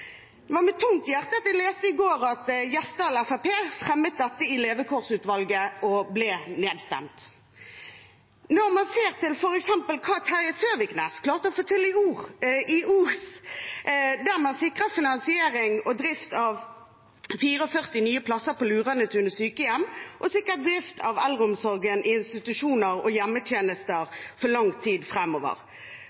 Det var med tungt hjerte jeg i går leste at Gjesdal FrP fremmet dette i levekårsutvalget og ble nedstemt. Man kan f.eks. se hva Terje Søviknes klarte å få til i Os, der man sikret finansiering og drift av 44 nye plasser på Luranetunet sykehjem og sikret driften av eldreomsorgen i institusjoner og hjemmetjenester